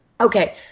Okay